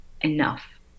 enough